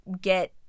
get